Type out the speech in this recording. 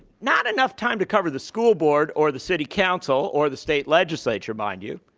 not enough time to cover the school board or the city council or the state legislature, mind you.